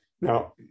Now